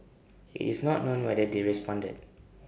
IT is not known whether they responded